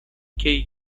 key